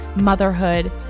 motherhood